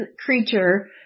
creature